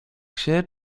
się